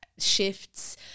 Shifts